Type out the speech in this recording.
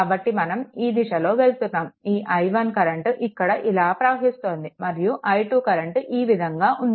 కాబట్టి మనం ఈ దిశలో వెళ్తున్నాము ఈ i1 కరెంట్ ఇక్కడ ఇలా ప్రవహిస్తోంది మరియు i2 కరెంట్ ఈ విధంగా ఉంది